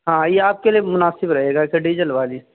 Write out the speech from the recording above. ہاں یہ آپ کے لیے مناسب رہے گا اچھا ڈیزل والی